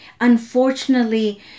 Unfortunately